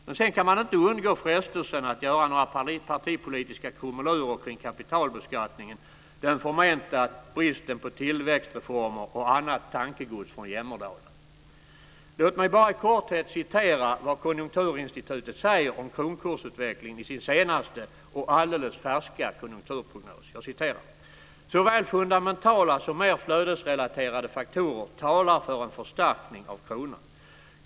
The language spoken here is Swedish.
Men sedan kan man inte undgå frestelsen att göra några partipolitiska krumelurer kring kapitalbeskattningen, den förmenta bristen på tillväxtreformer och annat tankegods från jämmerdalen. Låt mig bara i korthet citera vad Konjunkturinstitutet säger om kronkursutvecklingen i sin senaste och alldeles färska konjunkturprognos: "Såväl fundamentala som mer flödesrelaterade faktorer talar för en förstärkning av kronan.